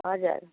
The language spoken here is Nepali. हजुर